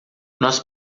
nós